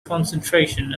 concentration